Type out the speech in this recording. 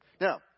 Now